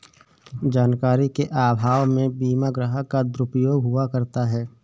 जानकारी के अभाव में भी बीमा ग्राहक का दुरुपयोग हुआ करता है